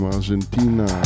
Argentina